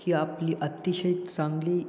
ही आपली अतिशय चांगली